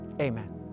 Amen